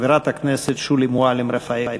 חברת הכנסת שולי מועלם-רפאלי.